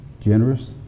generous